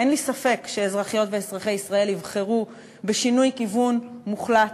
אין לי ספק שאזרחיות ואזרחי ישראל יבחרו בשינוי כיוון מוחלט